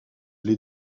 les